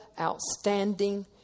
outstanding